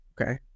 Okay